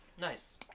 Nice